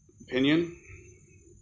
opinion